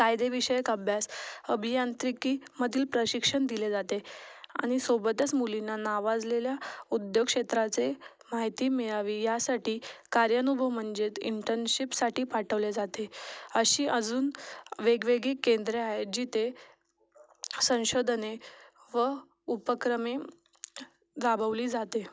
कायदेविषयक अभ्यास अभियांत्रिकीमधील प्रशिक्षण दिले जाते आणि सोबतच मुलींना नावाजलेल्या उद्योगक्षेत्राचे माहिती मिळावी यासाठी कार्यानुभव म्हणजेच इंटर्नशीपसाठी पाठवले जाते अशी अजून वेगवेगळी केंद्रे आहेत जिथे संशोधने व उपक्रम राबवली जाते